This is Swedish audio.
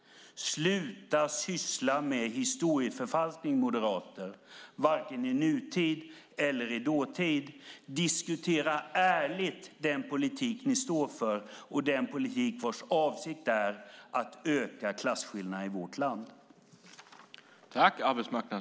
Sluta syssla med historieförfalskning, moderater! Det gäller både i nutid och i dåtid. Diskutera ärligt den politik ni står för och den politik vars avsikt är att öka klasskillnaderna i vårt land!